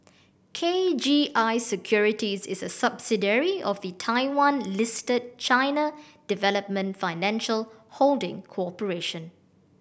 K G I Securities is a subsidiary of the Taiwan Listed China Development Financial Holding Corporation